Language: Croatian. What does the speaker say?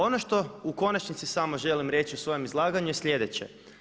Ono što u konačnici samo želim reći u svom izlaganju je sljedeće.